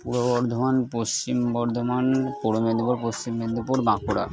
পূর্ব বর্ধমান পশ্চিম বর্ধমান পূর্ব মেদিনীপুর পশ্চিম মেদিনীপুর বাঁকুড়া